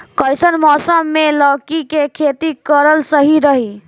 कइसन मौसम मे लौकी के खेती करल सही रही?